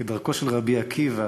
כדרכו של רבי עקיבא,